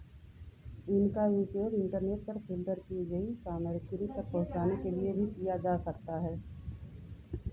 इनका उपयोग इंटरनेट पर फ़िल्टर की गई सामग्री तक पहुँचाने के लिए भी किया जा सकता है